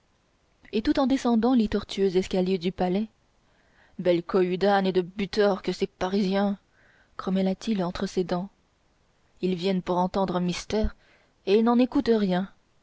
et tout en descendant les tortueux escaliers du palais belle cohue d'ânes et de butors que ces parisiens grommelait-il entre ses dents ils viennent pour entendre un mystère et n'en écoutent rien